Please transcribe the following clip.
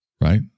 right